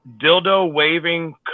dildo-waving